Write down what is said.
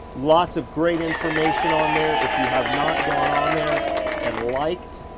lots of great information on there. if you have not gone on there and liked